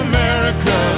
America